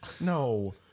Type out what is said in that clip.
No